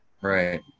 Right